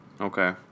Okay